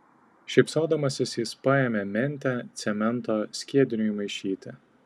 šypsodamasis jis paėmė mentę cemento skiediniui maišyti